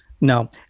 no